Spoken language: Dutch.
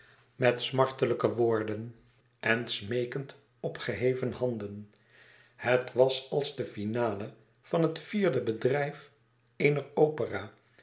met smartelijke woorden en smeekend opgeheven handen het was als de finale van het vierde bedrijf eener opera